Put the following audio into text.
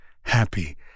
happy